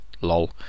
Lol